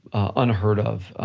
unheard of,